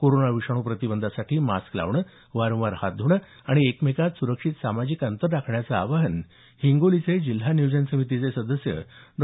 corona विषाणू प्रतिबंधासाठी mask लावणं वारंवार हात ध्रणं आणि एकमेकात सुरक्षित सामाजिक अंतर राखण्याचं आवाहन हिंगोली जिल्हा नियोजन समितीचे सदस्य डॉ